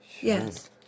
yes